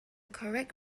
correct